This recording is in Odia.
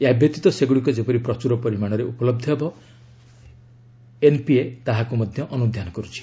ଏହାବ୍ୟତୀତ ସେଗୁଡ଼ିକ ଯେପରି ପ୍ରଚୁର ପରିମାଣ ଉପଲହ୍ଧ ହେବ ଏନ୍ପିପିଏ ତାହାର ମଧ୍ୟ ଅନୁଧ୍ୟାନ କରୁଛି